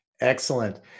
Excellent